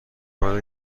حالا